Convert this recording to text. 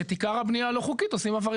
שאת עיקר הבנייה הלא חוקית עושים עבריינים ערבים.